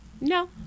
No